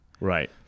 Right